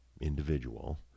individual